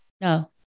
No